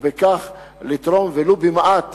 ובכך לתרום ולו במעט